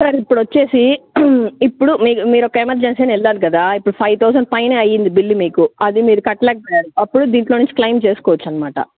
sir ఇప్పుడు వచ్చేసి ఇప్పుడు మీరు మీరు ఒక ఎమర్జెన్సీ అని వెళ్ళారు కదా ఇప్పుడు ఫైవ్ థౌసండ్ పైనే అయ్యింది బిల్ మీకు అది మీరు కట్టలేకపోయారు అప్పుడు దీనిలో నుంచి క్లెయిమ్ చేసుకోవచ్చు అనమాట